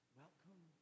welcome